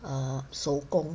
err 手工